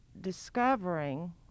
discovering